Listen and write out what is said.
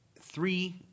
three –